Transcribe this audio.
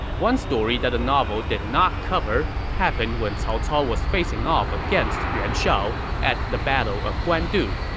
one story that the novel did not cover happened when cao cao was facing off against yuan shao at the battle of guandu.